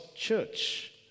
church